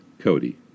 Cody